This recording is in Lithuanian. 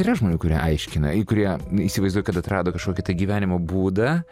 yra žmonių kurie aiškina ir kurie įsivaizduoja kad atrado kažkokį tai gyvenimo būdą